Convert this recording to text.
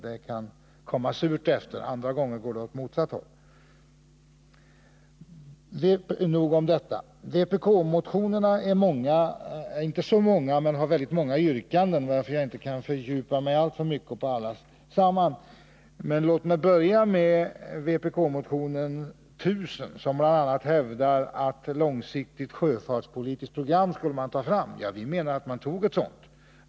Det kan komma surt efter. Andra gånger går det åt motsatt håll. — Nog om detta. Vpk-motionerna är inte så många, men de innehåller väldigt många yrkanden, varför jag inte kan fördjupa mig alltför mycket i dem allesammans. Låt mig börja med motionen 1000, som bl.a. hävdar att det skulle tas fram ett långsiktigt sjöfartspolitiskt program. Vi menar att ett sådant har tagits fram.